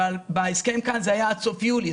אבל בהסכם כאן זה היה עד סוף יולי,